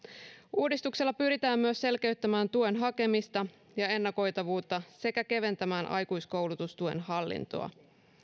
uudistuksella pyritään myös selkeyttämään tuen hakemista ja ennakoitavuutta sekä keventämään aikuiskoulutustuen hallintoa